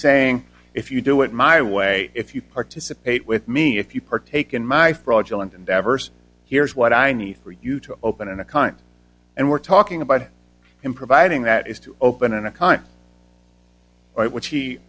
saying if you do it my way if you participate with me if you partake in my fraudulent endeavors here's what i need for you to open an account and we're talking about it in providing that is to open an account right which he